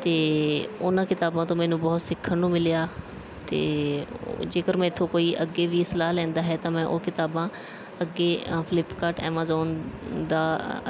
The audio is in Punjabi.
ਅਤੇ ਉਹਨਾਂ ਕਿਤਾਬਾਂ ਤੋਂ ਮੈਨੂੰ ਬਹੁਤ ਸਿੱਖਣ ਨੂੰ ਮਿਲਿਆ ਅਤੇ ਜੇਕਰ ਮੇਰੇ ਤੋਂ ਕੋਈ ਅੱਗੇ ਵੀ ਸਲਾਹ ਲੈਂਦਾ ਹੈ ਤਾਂ ਮੈਂ ਉਹ ਕਿਤਾਬਾਂ ਅੱਗੇ ਫਲਿਪਕਾਰਟ ਐਮਾਜ਼ੋਨ ਦਾ